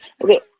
Okay